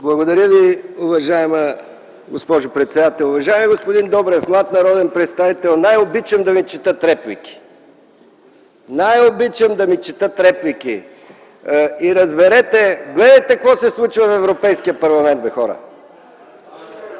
Благодаря Ви, уважаема госпожо председател. Уважаеми господин Добрев, млад народен представител, най-обичам да ми четат реплики. Най-обичам да ми четат реплики! Разберете! Гледайте какво се случва в Европейския парламент, бе хора!